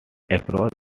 across